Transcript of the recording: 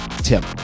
Tim